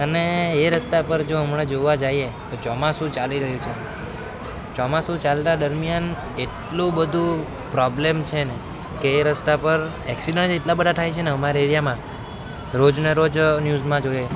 અને એ રસ્તા પર જો હમણાં જોવા જઈએ તો ચોમાસું ચાલી રહ્યું છે ચોમાસું ચાલતા દરમિયાન એટલું બધું પ્રોબ્લેમ છે ને કે એ રસ્તા પર એક્સિડેંટ જ એટલા બધા થાય છે ને અમારા એરિયામાં રોજને રોજ ન્યૂઝમાં જોઈએ